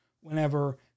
whenever